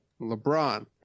LeBron